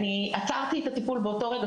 עצרתי את הטיפול באותו רגע.